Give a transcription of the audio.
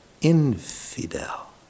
infidel